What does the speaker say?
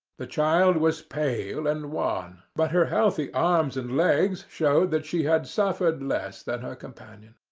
the child was pale and wan, but her healthy arms and legs showed that she had suffered less than her companion.